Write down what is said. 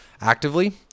actively